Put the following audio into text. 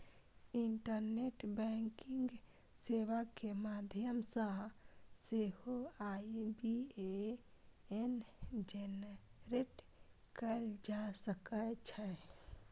internet banking सेवा के माध्यम सं सेहो आई.बी.ए.एन जेनरेट कैल जा सकै छै